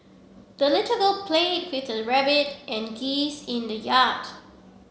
the little girl played with her rabbit and geese in the yard